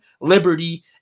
Liberty